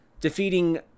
defeating